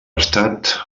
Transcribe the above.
estat